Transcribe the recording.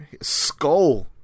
Skull